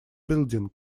building